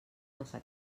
massa